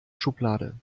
schublade